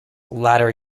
latter